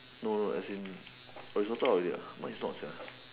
no no as in you sorted out already mine is not